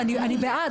אני בעד,